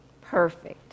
Perfect